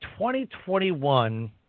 2021